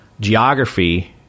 Geography